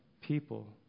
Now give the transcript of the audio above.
people